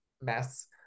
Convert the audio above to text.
Mess